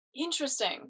interesting